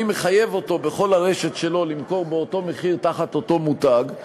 מחייב אותו בכל הרשת שלו למכור באותו מחיר תחת אותו מותג,